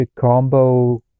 combo